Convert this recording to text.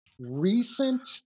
recent